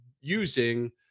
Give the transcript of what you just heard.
using